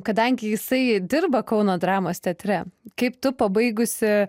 kadangi jisai dirba kauno dramos teatre kaip tu pabaigusi